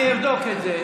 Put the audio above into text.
אני אבדוק את זה.